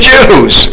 Jews